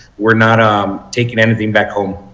we are not ah um taking anything back home?